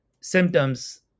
symptoms